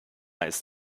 ist